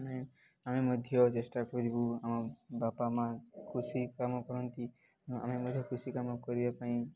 ଆମେ ଆମେ ମଧ୍ୟ ଚେଷ୍ଟା କରିବୁ ଆମ ବାପା ମାଆ କୃଷି କାମ କରନ୍ତି ଆମେ ମଧ୍ୟ କୃଷି କାମ କରିବା ପାଇଁ